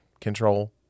Control